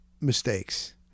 mistakes